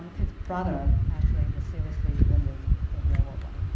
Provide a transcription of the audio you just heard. um his brother ah actually was seriously wounded in world war